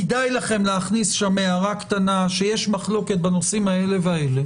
כדאי לכם להכניס שם הערה קטנה שיש מחלוקת בנושאים אלה ואלה